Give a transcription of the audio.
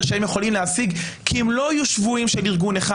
שהם יכולים להשיג כי הם לא יהיו שבויים של ארגון אחד,